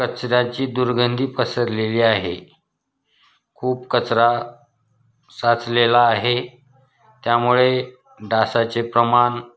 कचऱ्याची दुर्गधी पसरलेली आहे खूप कचरा साचलेला आहे त्यामुळे डासाचे प्रमाण